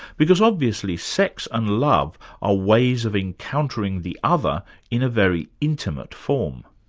because, obviously, sex and love are ways of encountering the other in a very intimate form.